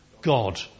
God